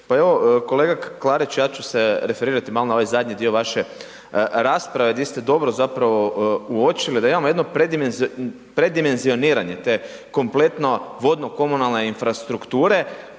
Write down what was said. Pa evo, kolega Klarić, ja ću se referirati malo na ovaj zadnji dio vaše rasprave gdje ste dobro zapravo uočili da imamo jedno predimenzioniranje te kompletno vodno komunalne infrastrukture